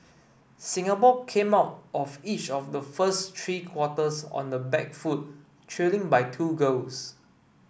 Singapore came out of each of the first three quarters on the back foot trailing by two goals